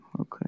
okay